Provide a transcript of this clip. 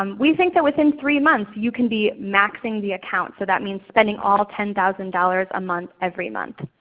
um we think that within three months you can be maxing the account, so that means spending all ten thousand dollars a month every month.